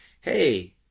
hey